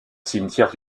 cimetière